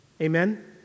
Amen